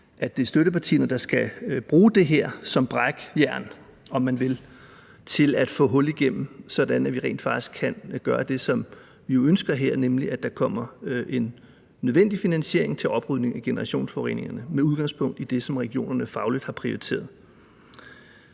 at det er støttepartierne, der skal bruge det her som et brækjern, om man vil, til at få hul igennem, sådan at vi rent faktisk kan gøre det, som vi jo ønsker her, nemlig at der kommer en nødvendig finansiering til en oprydning af generationsforureningerne med udgangspunkt i det, som regionerne fagligt har prioriteret.